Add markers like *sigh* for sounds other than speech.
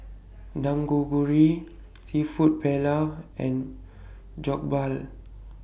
*unintelligible* Seafood Paella and Jokbal